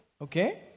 Okay